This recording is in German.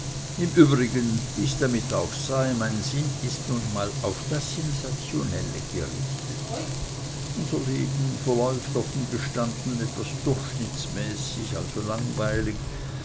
im übrigen wie's damit auch sei mein sinn ist nun mal auf das sensationelle gerichtet unser leben verläuft offen gestanden etwas durchschnittsmäßig also langweilig